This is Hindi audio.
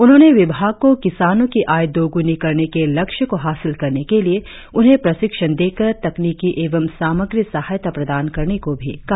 उन्होंने विभाग को किसानों की आय दोगुनी करने के लक्ष्य को हासिल करने के लिए उन्हें प्रशिक्षण देकर तकनीकि एवं सामग्री सहायता प्रदान करने को भी कहा